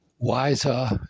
wiser